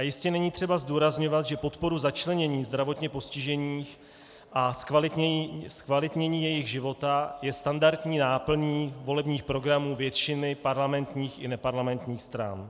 Jistě není třeba zdůrazňovat, že podpora začlenění zdravotně postižených a zkvalitnění jejich života je standardní náplní volebních programů většiny parlamentních i neparlamentních stran.